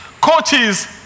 Coaches